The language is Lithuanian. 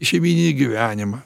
šeimyninį gyvenimą